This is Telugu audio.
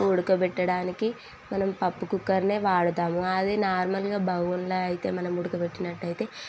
ఉడకబెట్టడానికి మనం పప్పు కుక్కర్నే వాడతాము అది నార్మల్గా బౌల్లో అయితే మనం ఉడకబెట్టినట్టయితే